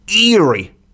eerie